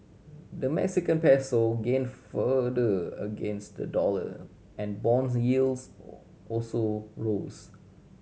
the Mexican Peso gained further against the dollar and bonds yields also rose